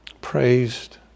Praised